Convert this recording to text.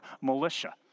militia